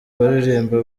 baririmba